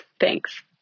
Thanks